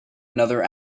another